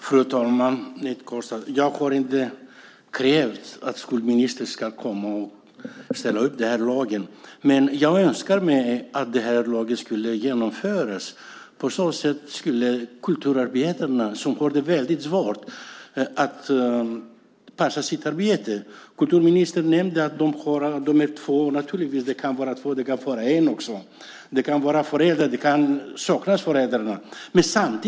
Fru talman! Jag har inte krävt att skolministern ska komma och ställa upp den här lagen, men jag önskar att lagen skulle genomföras. Det skulle underlätta för kulturarbetarna som har väldigt svårt att passa ihop barnomsorgen med sitt arbete. Som ministern nämnde kan man vara två eller en. Det kan vara föräldrar, och det kan saknas föräldrar.